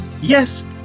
Yes